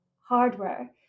hardware